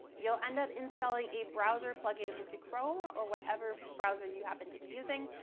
you'll end up installing a browser plug-in into chrome or whatever browser you happen to be using,